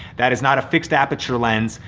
that is not a fixed aperture lens,